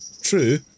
True